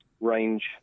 range